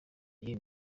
dieu